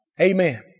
Amen